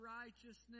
righteousness